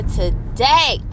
today